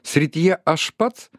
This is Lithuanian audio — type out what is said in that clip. srityje aš pats